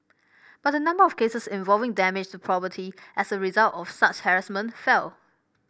but the number of cases involving damage to property as a result of such harassment fell